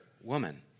Woman